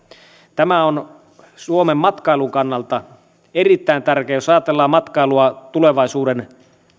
tämä on suomen matkailun kannalta erittäin tärkeää jos ajatellaan matkailua tulevaisuuden